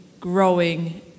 growing